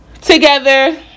together